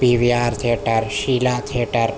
P V R theatre Sheela theatre